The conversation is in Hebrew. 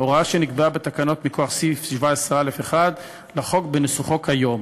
הוראה שנקבעה בתקנות מכוח סעיף 17(א1) לחוק בנוסחו כיום.